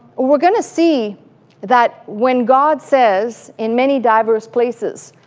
we're going to see that when god says in many diverse places,